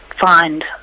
find